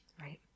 Right